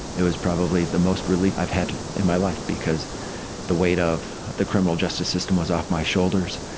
it was probably the most relief i've had in my life because the weight of the criminal justice system was off my shoulders.